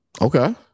Okay